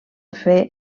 fer